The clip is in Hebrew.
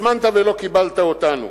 הזמנת ולא קיבלת אותנו.